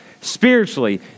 Spiritually